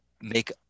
make